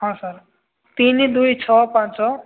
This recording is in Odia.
ହଁ ସାର୍ ତିନି ଦୁଇ ଛଅ ପାଞ୍ଚ